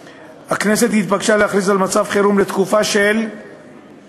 הכנסת התבקשה להכריז על מצב חירום לתקופה של שנה.